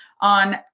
on